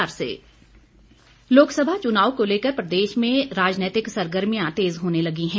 भाजपा बैठक लोकसभा चुनाव को लेकर प्रदेश में राजनैतिक सरगर्मियां तेज़ होने लगी हैं